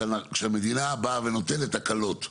שהמדינה באה ונותנת הקלות.